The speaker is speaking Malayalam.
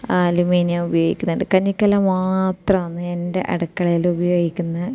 അലൂമിനിയം ഉപയോഗിക്കുന്നുണ്ട് കഞ്ഞിക്കലം മാത്രമാണ് എൻ്റെ അടുക്കളയിൽ ഉപയോഗിക്കുന്നത്